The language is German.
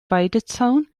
weidezaun